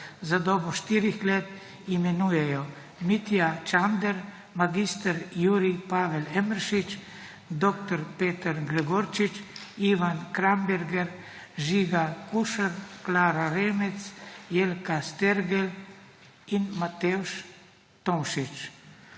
za dobo štirih let imenujejo Mitja Čander, mag. Jurij Pavel Emeršič, dr. Peter Gregorčič, Ivan Kramberger, Živa Kušar(?), Klara Remec, Jelka Stergel(?) in Matevž Tomšič.